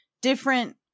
different